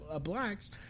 blacks